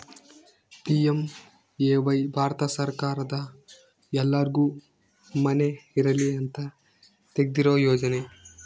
PMAY Bharat ಸರ್ಕಾರದ ಎಲ್ಲರ್ಗು ಮನೆ ಇರಲಿ ಅಂತ ತೆಗ್ದಿರೊ ಯೋಜನೆ